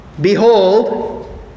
Behold